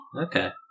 Okay